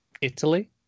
Italy